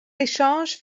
échanges